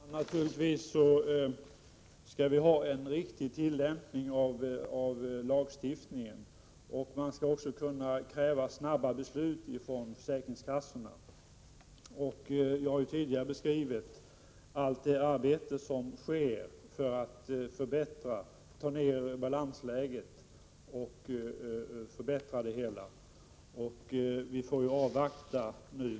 Herr talman! Naturligtvis skall vi ha en riktig tillämpning av lagstiftningen, och man skall också kunna kräva snabba beslut från försäkringskassorna. Jag har tidigare beskrivit allt det arbete som görs för att få ner balansläget och förbättra det hela. Nu får vi avvakta.